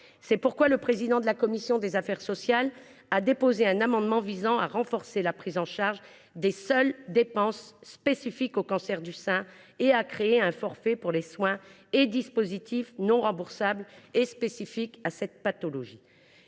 raison pour laquelle le président de la commission des affaires sociales a déposé un amendement visant à renforcer la prise en charge des seules dépenses propres au cancer du sein et à créer un forfait pour les soins et dispositifs non remboursables et spécifiques à cette pathologie.